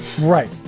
Right